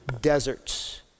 deserts